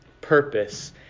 purpose